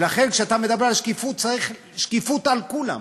ולכן, כשאתה מדבר על שקיפות, צריך שקיפות על כולם.